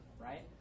right